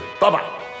Bye-bye